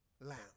lamb